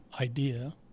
idea